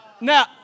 Now